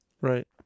Right